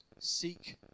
Seek